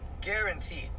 guaranteed